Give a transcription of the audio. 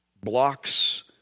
blocks